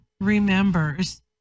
remembers